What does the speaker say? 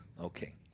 Okay